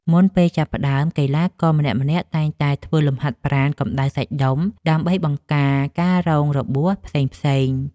មុនពេលចាប់ផ្ដើម កីឡាករម្នាក់ៗតែងតែធ្វើលំហាត់ប្រាណកម្ដៅសាច់ដុំ ដើម្បីបង្ការការរងរបួសផ្សេងៗ។